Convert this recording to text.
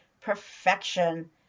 perfection